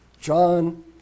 John